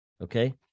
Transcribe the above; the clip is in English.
Okay